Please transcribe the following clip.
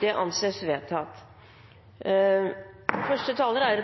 Det anses vedtatt. Jeg har